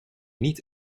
niet